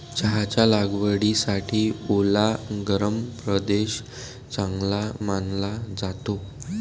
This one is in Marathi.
चहाच्या लागवडीसाठी ओला गरम प्रदेश चांगला मानला जातो